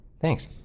thanks